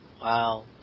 Wow